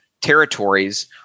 territories